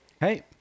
Hey